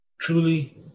Truly